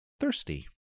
thirsty